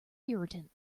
irritant